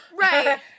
right